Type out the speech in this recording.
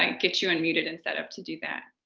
and get you unmuted and set-up to do that.